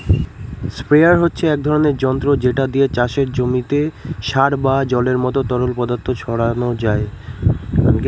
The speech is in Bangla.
স্প্রেয়ার হচ্ছে এক ধরণের যন্ত্র যেটা দিয়ে চাষের জমিতে সার বা জলের মত তরল পদার্থ ছড়ানো যায়